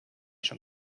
schon